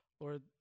lord